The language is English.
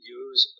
use